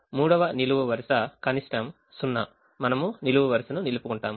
3వ నిలువు వరుస కనిష్టం సున్నా మనము నిలువు వరుసను నిలుపుకుంటాము